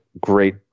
great